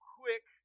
quick